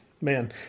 Man